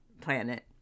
planet